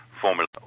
Formula